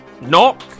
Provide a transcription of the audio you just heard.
Knock